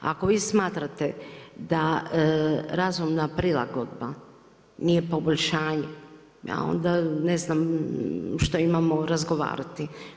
Ako vi smatrate da razumna prilagodba nije poboljšanje, ja onda ne znam što imamo razgovarati.